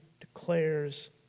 declares